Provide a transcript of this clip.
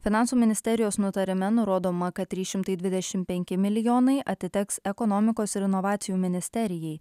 finansų ministerijos nutarime nurodoma kad trys šimtai dvidešim penki milijonai atiteks ekonomikos ir inovacijų ministerijai